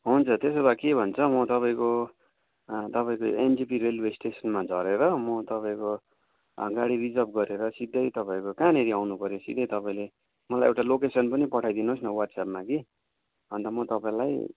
हुन्छ त्यसो भए के भन्छ म तपाईँको तपाईँको एनजेपी रेलवे स्टेसनमा झरेर म तपाईँको गाडी रिजर्भ गरेर सिधै तपाईँको कहाँनेर आउनु पर्यो सिधै तपाईँले मलाई एउटा लोकेसन पनि पठाइदिनु होस् न वाट्सएपमा कि अन्त म तपाईँलाई